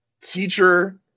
teacher